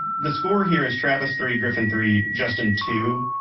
the score here is travis three, griffin three, justin two.